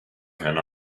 can